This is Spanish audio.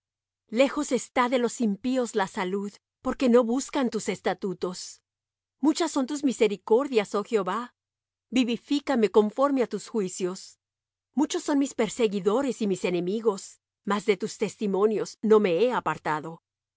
lejos está de los impíos la salud porque no buscan tus estatutos muchas son tus misericordias oh jehová vivifícame conforme á tus juicios muchos son mis perseguidores y mis enemigos mas de tus testimonios no me he apartado